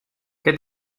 qué